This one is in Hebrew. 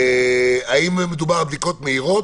האם מדובר על בדיקות מהירות?